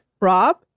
Rob